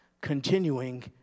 continuing